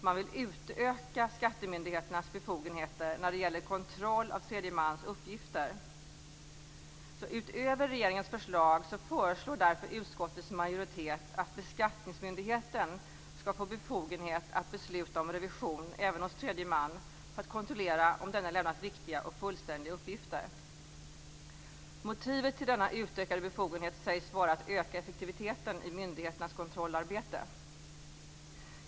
Man vill utöka skattemyndigheternas befogenheter när det gäller kontroll av tredje mans uppgifter. Utöver regeringens förslag föreslår därför utskottets majoritet att beskattningsmyndigheten skall få befogenhet att besluta om revision även hos tredje man för att kontrollera att denne lämnat riktiga och fullständiga uppgifter. Motivet till denna utökade befogenhet sägs vara att öka effektiviteten i myndigheternas kontrollarbete.